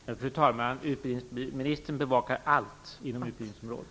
Fru talman! Utbildningsministern bevakar allt inom utbildningsområdet.